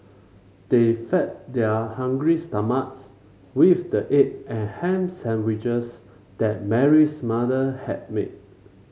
they fed their hungry stomachs with the egg and ham sandwiches that Mary's mother had made